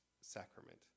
sacrament